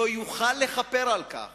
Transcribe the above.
לא יוכל לכפור בכך